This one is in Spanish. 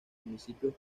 municipios